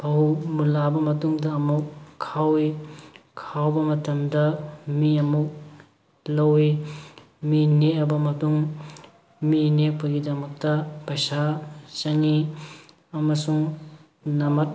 ꯐꯧ ꯃꯨꯜꯂꯛꯑꯕ ꯃꯇꯨꯡꯗ ꯑꯃꯨꯛ ꯈꯥꯎꯋꯤ ꯈꯥꯎꯕ ꯃꯇꯝꯗ ꯃꯤ ꯑꯃꯨꯛ ꯂꯧꯋꯤ ꯃꯤ ꯅꯦꯛꯑꯕ ꯃꯇꯨꯡ ꯃꯤ ꯅꯦꯛꯄꯒꯤꯃꯛꯇ ꯄꯩꯁꯥ ꯆꯪꯉꯤ ꯑꯃꯁꯨꯡ ꯅꯥꯃꯠ